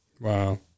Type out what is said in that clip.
Wow